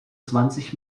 zwanzig